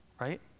right